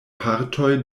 partoj